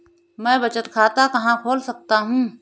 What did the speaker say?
मैं बचत खाता कहाँ खोल सकता हूँ?